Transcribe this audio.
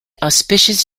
auspicious